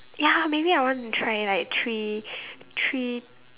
ya maybe I want to try like three three